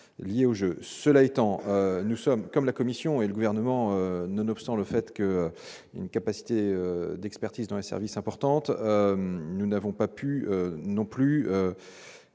liés au jeu, cela étant, nous sommes comme la commission et le gouvernement, nonobstant le fait que une capacité d'expertise dans un service importante, nous n'avons pas pu non plus